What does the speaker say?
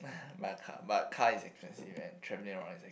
but car but car is expensive than traveling and everything